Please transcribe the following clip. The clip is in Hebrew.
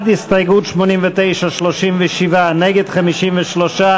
ההסתייגות של קבוצת סיעת מרצ,